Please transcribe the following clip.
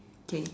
okay